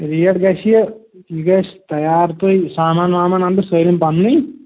rate گژھِ یہِ یہِ گَژھِ تیار تۄہہِ سامان وامان انہٕ بہٕ سٲلِم پنہٕ نُے